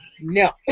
No